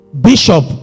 bishop